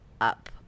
up